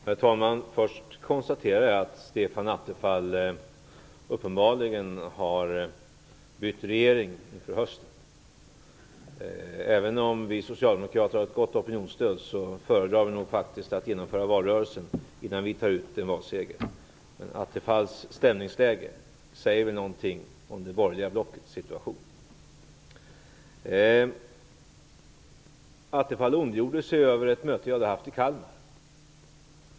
Herr talman! Först konstaterar jag att Stefan Attefall uppenbarligen har bytt regering till hösten. Även om vi socialdemokrater har ett gott opinionsstöd föredrar vi faktiskt att genomföra valrörelsen innan vi tar ut en valseger. Men Attefalls stämningsläge säger väl något om det borgerliga blockets situation. Stefan Attefall ondgjorde sig över ett möte som jag haft i Kalmar.